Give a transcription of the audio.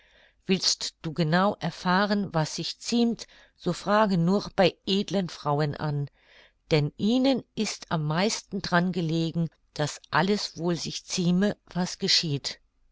willst du genau erfahren was sich ziemt so frage nur bei edlen frauen an denn ihnen ist am meisten dran gelegen daß alles wohl sich zieme was geschieht